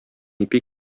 ипи